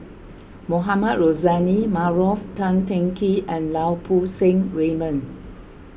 Mohamed Rozani Maarof Tan Teng Kee and Lau Poo Seng Raymond